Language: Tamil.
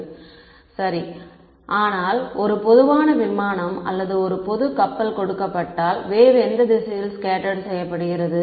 மாணவர் சரி சரி ஆனால் ஒரு பொதுவான விமானம் அல்லது ஒரு பொதுக் கப்பல் கொடுக்கப்பட்டால் வேவ் எந்த திசையில் ஸ்கேட்டர்டு செய்யப்படுகிறது